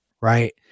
right